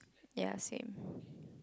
yeah same